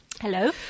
Hello